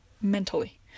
mentally